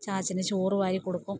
ചാച്ചന് ചോറ് വാരി കൊടുക്കും